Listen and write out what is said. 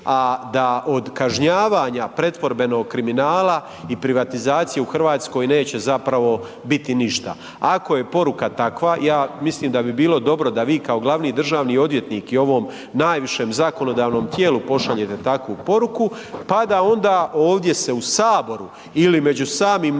a da od kažnjavanja pretvorbenog kriminala i privatizacije u Hrvatskoj neće zapravo biti ništa. Ako je poruka, ja mislim da bi bilo dobro da vi kao glavni državni odvjetniku u ovom najvišem zakonodavnom tijelu pošaljete takvu poruku pa da onda ovdje se u Saboru ili među samim